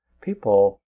people